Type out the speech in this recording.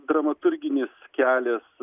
dramaturginis kelias